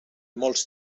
molts